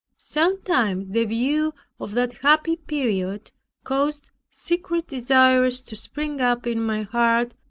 sometimes the view of that happy period caused secret desires to spring up in my heart,